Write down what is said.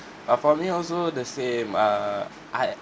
uh for me also the same err I